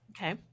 Okay